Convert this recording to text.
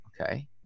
Okay